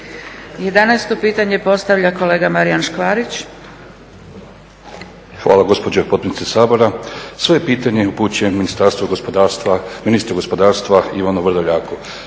pitanje postavlja kolega Marijan Škvarić. **Škvarić, Marijan (HNS)** Hvala gospođo potpredsjednice Sabora. Svoje pitanje upućujem Ministarstvu gospodarstva, ministru gospodarstva Ivanu Vrdoljaku